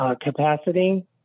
capacity